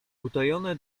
utajone